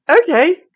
Okay